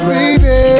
Baby